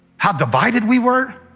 how divided we were,